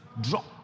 Drop